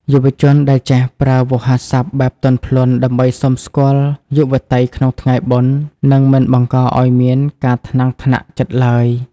យុវជនដែលចេះ "ប្រើវោហារស័ព្ទបែបទន់ភ្លន់" ដើម្បីសុំស្គាល់យុវតីក្នុងថ្ងៃបុណ្យ នឹងមិនបង្កឱ្យមានការថ្នាំងថ្នាក់ចិត្តឡើយ។